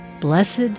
Blessed